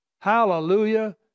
Hallelujah